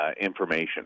information